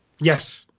yes